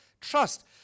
Trust